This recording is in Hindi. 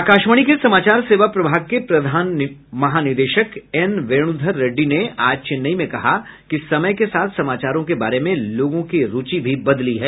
आकाशवाणी के समाचार सेवा प्रभाग के प्रधान महानिदेशक एन वेण्धर रेड्डी ने आज चेन्नई में कहा कि समय के साथ समाचारों के बारे में लोगों की रूचि भी बदली है